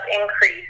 increase